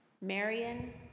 Marion